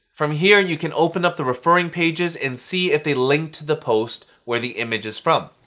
from here, you can open up the referring pages and see if they linked to the post where the image is from.